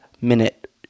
minute